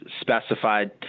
specified